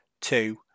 two